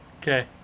Okay